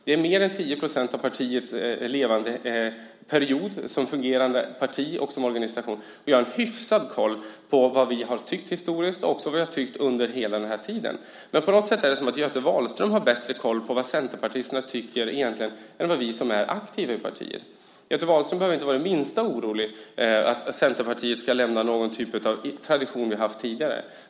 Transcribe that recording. Det är mer än 10 % av partiets levande period som fungerande parti och som organisation. Jag har hyfsad koll på vad vi har tyckt historiskt och även på vad vi har tyckt under hela den här tiden. Men på något sätt är det som om Göte Wahlström skulle ha bättre koll på vad centerpartisterna egentligen tycker än vad vi som är aktiva i partiet har. Göte Wahlström behöver inte vara det minsta orolig för att Centerpartiet ska lämna någon typ av tradition som vi har haft tidigare.